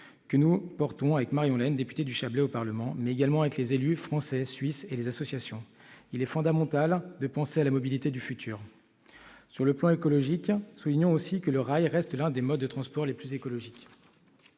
que nous portons avec Marion Lenne, députée du Chablais, mais également avec les élus français et suisses et les associations. Il est fondamental de penser à la mobilité du futur. Sur le plan écologique, soulignons aussi que, si le rail reste l'un des modes de transport les plus écologiques,